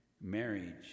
marriage